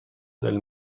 del